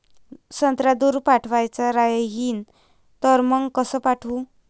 संत्रा दूर पाठवायचा राहिन तर मंग कस पाठवू?